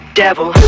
devil